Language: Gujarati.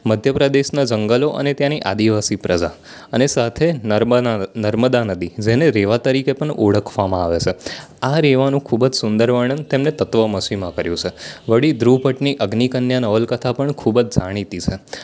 મધ્યપ્રદેશના જંગલો અને તેની આદિવાસી પ્રજા અને સાથે નર્મ નર્મદા નદી જેને રેવા તરીકે પણ ઓળખવામાં આવે છે આ રેવાનું ખૂબ જ સુંદર વર્ણન તેમને તત્વમશીમાં કર્યું છે વળી ધ્રુવ ભટ્ટની અગ્નિકન્યા નવલકથા પણ ખૂબ જ જાણીતી છે